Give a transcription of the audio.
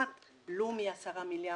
1. לא מ-10 מיליארד,